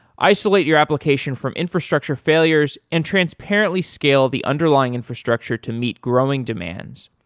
isolate your application from infrastructure failures and transparently scale the underlying infrastructure to meet growing demands,